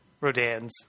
Rodan's